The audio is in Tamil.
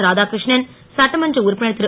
ராதாகிரு ணன் சட்டமன்ற உறுப்பினர் ரு